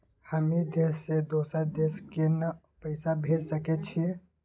हम ई देश से दोसर देश केना पैसा भेज सके छिए?